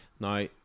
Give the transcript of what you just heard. Now